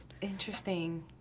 Interesting